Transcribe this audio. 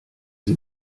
sie